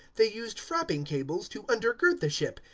they used frapping-cables to undergird the ship,